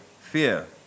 fear